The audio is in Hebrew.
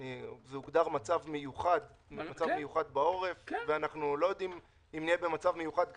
זה הוגדר מצב מיוחד בעורף ואנחנו לא יודעים אם נהיה במצב מיוחד כזה,